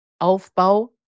Aufbau